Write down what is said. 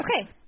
Okay